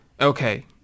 Okay